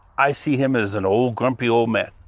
i see him as an old, grumpy old man.